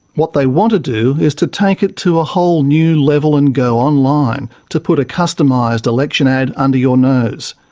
what they want to do is to take it to a whole new level and go online to put a customised election ad under your nose.